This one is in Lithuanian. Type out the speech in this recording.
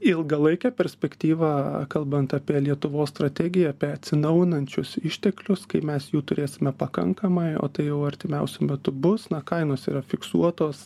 ilgalaikę perspektyvą kalbant apie lietuvos strategiją apie atsinaujinančius išteklius kai mes jų turėsime pakankamai o tai jau artimiausiu metu bus na kainos yra fiksuotos